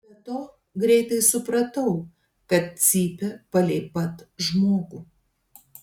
be to greitai supratau kad cypia palei pat žmogų